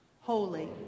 Holy